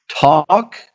Talk